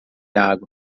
água